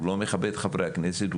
הוא לא מכבד את חברי הכנסת,